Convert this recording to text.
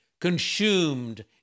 consumed